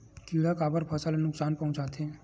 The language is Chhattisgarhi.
किड़ा काबर फसल ल नुकसान पहुचाथे?